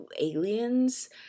aliens